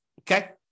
Okay